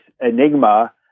enigma